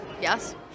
Yes